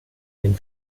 den